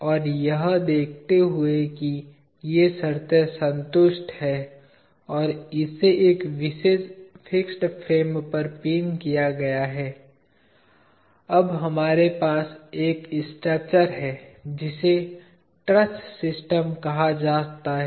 और यह देखते हुए कि ये शर्तें संतुष्ट हैं और इसे एक विशेष फिक्स फ्रेम पर पिन किया गया है अब हमारे पास एक स्ट्रक्चर है जिसे ट्रस सिस्टम कहा जाता है